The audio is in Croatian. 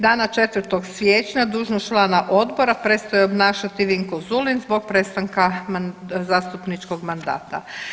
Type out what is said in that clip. Dana 4. siječnja dužnost člana odbora prestao je obnašati Vinko Zulim zbog prestanka zastupničkog mandata.